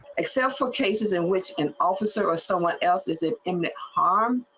exceptional cases in which an officer or someone else's it in the um